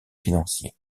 financier